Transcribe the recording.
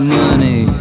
money